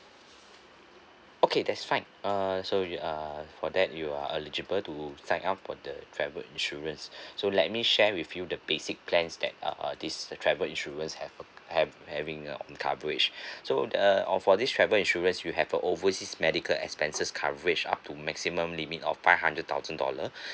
okay that's fine err so you err for that you are eligible to sign up for the travel insurance so let me share with you the basic plans that err this uh travel insurance have have having uh coverage so the uh for this travel insurance you have a overseas medical expenses coverage up to maximum limit of five hundred thousand dollars